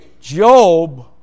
Job